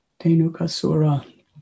Tenukasura